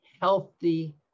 healthy